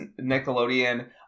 Nickelodeon